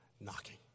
knocking